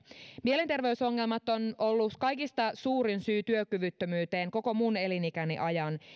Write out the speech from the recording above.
mielenterveysongelmat ovat olleet kaikista suurin syy työkyvyttömyyteen koko minun elinikäni ajan